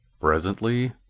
presently